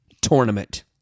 tournament